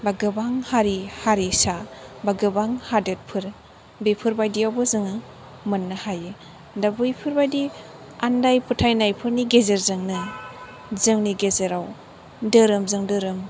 बा गोबां हारि हारिसा बा गोबां हादोदफोर बेफोर बायदिआवबो जोङो मोननो हायो दा बैफोर बायदि आन्दाय फोथायनायफोरनि गेजेरजोंनो जोंनि गेजेराव धोरोम जों धोरोम